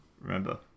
remember